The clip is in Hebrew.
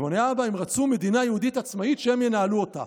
ועונה האבא: הם רצו מדינה יהודית עצמאית שהם ינהלו אותה.